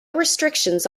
restrictions